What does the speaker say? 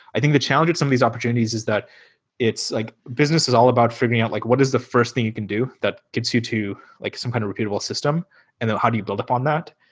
i think the challenge with some of these opportunities is that it's like business is all about figuring out like what is the first thing you can do that gets you to like some kind of repeatable system and then how do you build up on that?